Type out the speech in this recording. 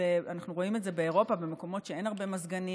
אנחנו רואים את זה באירופה במקומות שאין הרבה מזגנים,